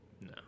No